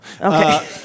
Okay